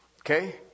Okay